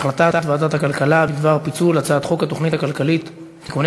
החלטת ועדת הכלכלה בדבר פיצול הצעת חוק התוכנית הכלכלית (תיקוני